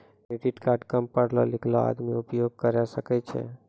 Credit card काम पढलो लिखलो आदमी उपयोग करे सकय छै?